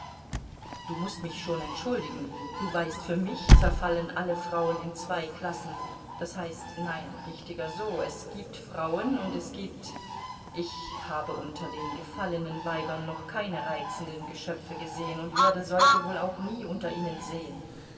du mußt mich schon entschuldigen du weißt für mich zerfallen alle frauen in zwei klassen das heißt nein richtiger so es gibt frauen und es gibt ich habe unter den gefallenen weibern noch keine reizenden geschöpfe gesehen und werde solche wohl auch nie unter ihnen sehen